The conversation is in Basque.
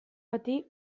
bati